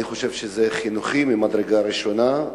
אני חושב שזה חינוכי ממדרגה ראשונה.